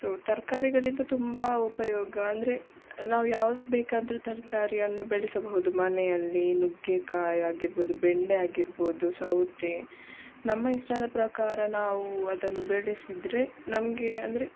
so ತರಕಾರಿಗಳಿಂದ ತುಂಬ ಉಪಯೋಗ ಅಂದರೆ ನಾವು ಯಾವ್ದು ಬೇಕಾದರೂ ತರಕಾರಿಯನ್ನು ಬೆಳೆಸಬಹುದು ಮನೆಯಲ್ಲಿ ನುಗ್ಗೆಕಾಯಿ ಆಗಿರ್ಬೋದು ಬೆಂಡೆ ಆಗಿರ್ಬೋದು ಸೌತೆ ನಮ್ಮ ಇಷ್ಟದ ಪ್ರಕಾರ ನಾವು ಅದನ್ನು ಬೆಳೆಸಿದರೆ ನಮಗೆ ಅಂದರೆ